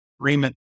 agreement